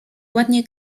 ładnie